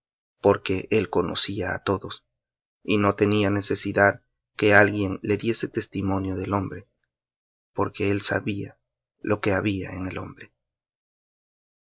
porque él conocía á todos y no tenía necesidad que alguien le diese testimonio del hombre porque él sabía lo que había en el hombre